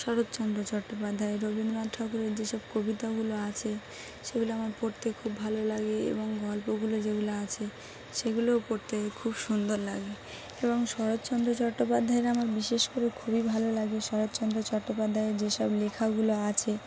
শরৎচন্দ্র চট্টোপাধ্যায় রবীন্দ্রনাথ ঠাকুরের যেসব কবিতাগুলো আছে সেগুলো আমার পড়তে খুব ভালো লাগে এবং গল্পগুলো যেগুলো আছে সেগুলোও পড়তে খুব সুন্দর লাগে এবং শরৎচন্দ্র চট্টোপাধ্যায়ের আমার বিশেষ করে খুবই ভালো লাগে শরৎচন্দ্র চট্টোপাধ্যায়ের যেসব লেখাগুলো আছে